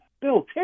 Bill